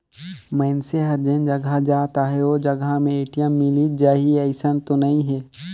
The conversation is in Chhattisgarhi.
मइनसे हर जेन जघा जात अहे ओ जघा में ए.टी.एम मिलिच जाही अइसन तो नइ हे